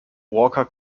walker